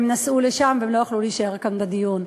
הם נסעו לשם והם לא יכלו להישאר כאן בדיון.